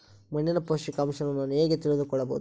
ಮಣ್ಣಿನ ಪೋಷಕಾಂಶವನ್ನು ನಾನು ಹೇಗೆ ತಿಳಿದುಕೊಳ್ಳಬಹುದು?